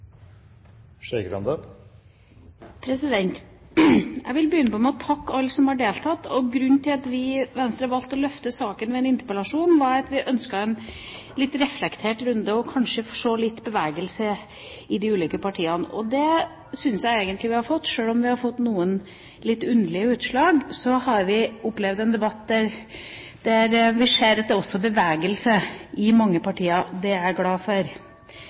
Jeg vil begynne med å takke alle som har deltatt. Grunnen til at vi i Venstre valgte å løfte saken med en interpellasjon, var at vi ønsket en litt reflektert runde og kanskje å se litt bevegelse i de ulike partiene. Det syns jeg egentlig vi har fått. Sjøl om vi har fått noen litt underlige utslag, har vi opplevd en debatt der vi ser at det også er bevegelse i mange partier. Det er jeg glad for.